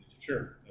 sure